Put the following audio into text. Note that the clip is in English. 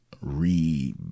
Re